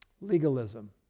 Legalism